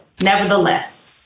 nevertheless